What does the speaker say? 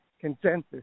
consensus